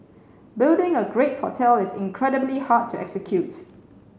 building a great hotel is incredibly hard to execute